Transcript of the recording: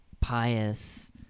pious